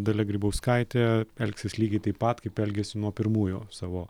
dalia grybauskaitė elgsis lygiai taip pat kaip elgėsi nuo pirmųjų savo